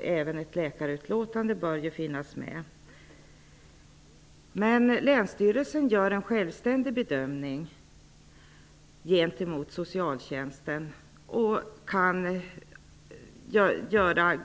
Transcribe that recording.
Även ett läkarutlåtande bör finnas med. Länsstyrelsen gör sedan en självständig bedömning, där man kan